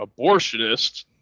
abortionists